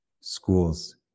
schools